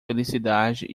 felicidade